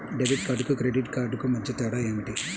Debit కార్డుకు credit credit కార్డుకు మధ్య తేడా ఏమిటీ?